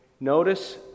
Notice